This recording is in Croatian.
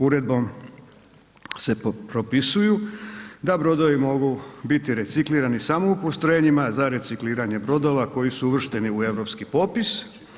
Uredbom se propisuju da brodovi mogu biti reciklirani samo u postrojenjima za recikliranje brodova koji su uvršteni u europski popis.